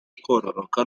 kororoka